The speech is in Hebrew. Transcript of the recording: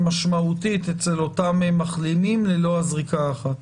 משמעותית אצל אותם מחלימים ללא הזריקה האחת?